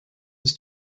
was